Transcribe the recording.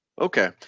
Okay